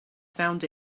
found